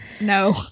No